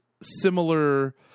similar